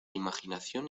imaginación